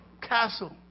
castle